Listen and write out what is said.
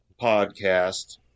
podcast